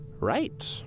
Right